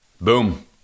Boom